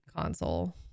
console